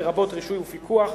לרבות רישוי ופיקוח,